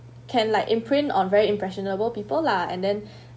can like imprint on very impressionable people lah and then